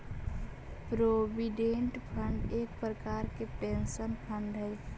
provident fund एक प्रकार के पेंशन फंड हई